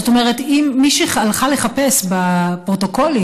זאת אומרת, מי שהלכה לחפש בפרוטוקולים